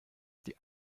die